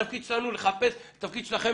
התפקיד שלכם